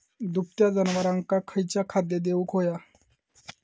दुभत्या जनावरांका खयचा खाद्य देऊक व्हया?